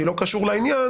שהוא לא קשור לעניין